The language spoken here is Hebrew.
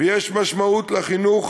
ויש משמעות לחינוך